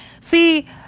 See